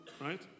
right